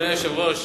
אדוני היושב-ראש,